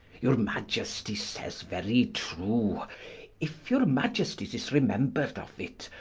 your maiesty sayes very true if your maiesties is remembred of it,